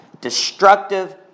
Destructive